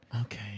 Okay